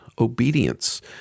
obedience